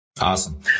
Awesome